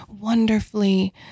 wonderfully